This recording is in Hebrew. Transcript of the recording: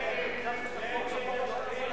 איסור הצמדת פרסומת לרכב),